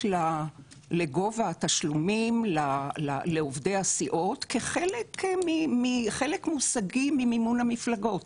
לגובה התשלומים לעובדי הסיעות כחלק מושגי ממימון המפלגות,